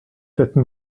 tête